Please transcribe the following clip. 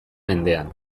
mendean